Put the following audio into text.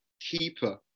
keeper